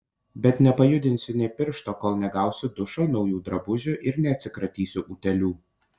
bet nepajudinsiu nė piršto kol negausiu dušo naujų drabužių ir neatsikratysiu utėlių